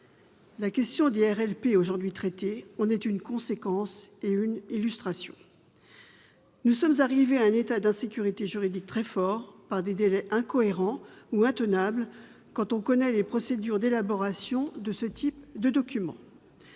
La question des RLP, traitée aujourd'hui, en est une conséquence et une illustration. Nous sommes arrivés à un état d'insécurité juridique très fort, en raison de délais incohérents ou intenables, eu égard aux procédures d'élaboration de ce type de documents.